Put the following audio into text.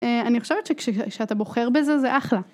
אני חושבת שכשאתה בוחר בזה זה אחלה.